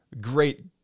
great